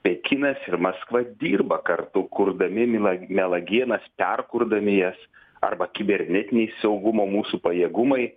pekinas ir maskva dirba kartu kurdami mila melagingas perkurdami jas arba kibernetiniai saugumo mūsų pajėgumai